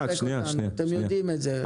אתם יודעים את זה.